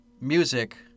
music